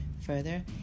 Further